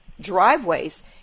driveways